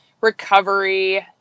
recovery